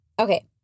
Okay